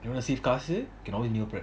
if want to save costs can always meal prep